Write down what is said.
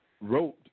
Wrote